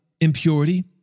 impurity